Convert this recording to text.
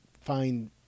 find